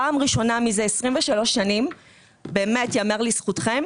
פעם ראשונה מזה 23 שנים באמת ייאמר לזכותכם,